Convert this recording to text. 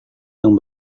yang